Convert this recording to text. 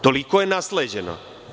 Toliko je nasleđeno.